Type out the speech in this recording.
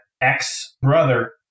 ex-brother